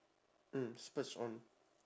mm splurge on